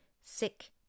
sick